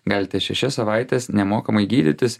galite šešias savaites nemokamai gydytis